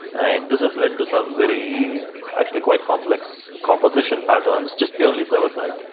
and this has led to some very actually quite complex composition patterns, just purely server-side.